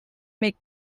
make